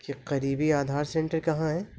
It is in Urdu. کیا قریبی آدھار سینٹر کہاں ہے